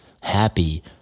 happy